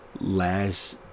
last